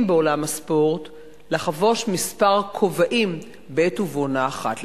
בעולם הספורט לחבוש כמה כובעים בעת ובעונה אחת.